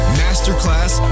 masterclass